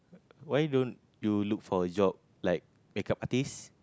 why don't you look for a job like makeup artist